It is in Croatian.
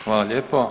Hvala lijepo.